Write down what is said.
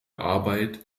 arbeit